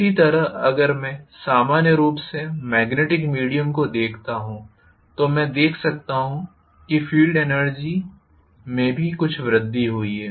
इसी तरह अगर मैं सामान्य रूप से मेग्नेटिक मीडियम को देखता हूं तो मैं देख सकता हूं कि फील्ड एनर्जी में भी कुछ वृद्धि हुई है